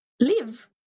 live